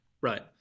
Right